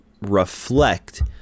reflect